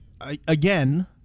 again